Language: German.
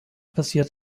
passiert